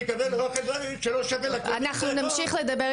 אנחנו נמשיך לדבר,